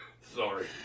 Sorry